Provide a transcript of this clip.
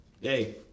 hey